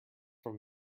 from